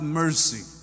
mercy